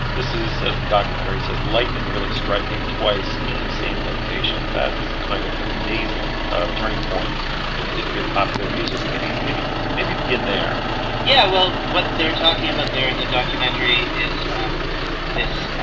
this is as the documentary says lightning really striking twice in the same location. that is kind of an amazing turning point in the history of popular music. maybe maybe maybe begin there yeah well what they're talking about there in the documentary is and this.